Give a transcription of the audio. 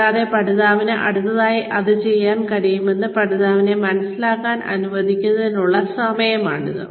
കൂടാതെ പഠിതാവിന് അടുത്തതായി എന്തുചെയ്യാൻ കഴിയുമെന്ന് പഠിതാവിനെ മനസ്സിലാക്കാൻ അനുവദിക്കുന്നതിനുള്ള സമയമാണിത്